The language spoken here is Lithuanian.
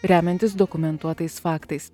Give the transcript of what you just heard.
remiantis dokumentuotais faktais